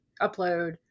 upload